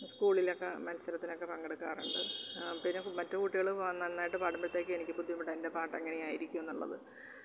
സ്കൂളിലൊക്കെ മത്സരത്തിനൊക്കെ പങ്കെടുക്കാറുണ്ട് പിന്നെ മറ്റു കുട്ടികള് നന്നായിട്ട് പാടുമ്പഴ്ത്തേക്ക് എനിക്ക് ബുദ്ധിമുട്ടാണ് എൻ്റെ പാട്ട് എങ്ങനെയായിരിക്കും എന്നുള്ളത്